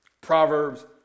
Proverbs